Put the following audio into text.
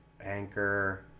Anchor